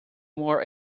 more